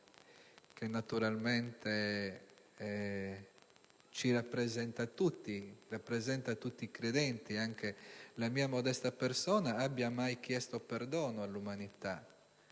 che naturalmente ci rappresenta tutti, rappresenta tutti i credenti, anche la mia modesta persona, abbia mai chiesto perdono all'umanità,